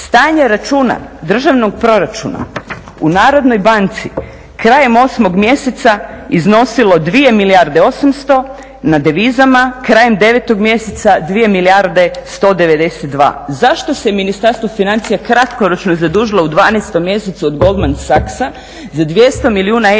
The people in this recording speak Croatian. stanje računa državnog proračuna u Narodnoj banci krajem 8 mjeseca iznosilo 2 milijarde i 800 na devizama, krajem 9 mjeseca 2 milijarde 192. Zašto se Ministarstvo financija kratkoročno zadužilo u 12 mjesecu od Goldman Sachsa za 200 milijuna eura